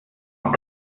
noch